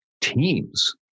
teams